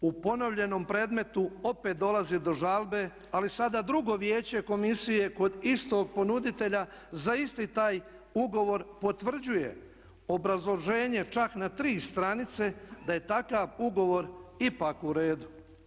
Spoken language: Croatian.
U ponovljenom predmetu opet dolazi do žalbe ali sada drugo vijeće komisije kod istog ponuditelja za isti taj ugovor potvrđuje obrazloženje čak na 3 stranice da je takav ugovor ipak u redu.